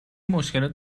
مشکلات